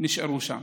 נשאר שם.